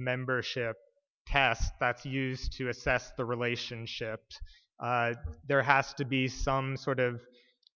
membership passed back to use to assess the relationship there has to be some sort of